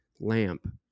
lamp